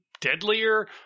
deadlier